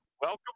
Welcome